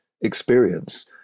experience